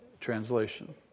translation